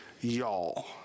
Y'all